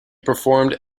performed